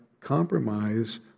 compromise